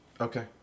Okay